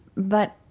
but